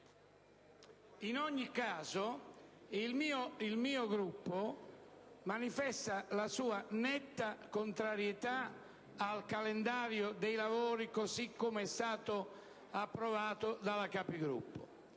In ogni caso, il mio Gruppo manifesta la sua netta contrarietà al calendario dei lavori, così come è stato approvato dalla Conferenza